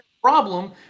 problem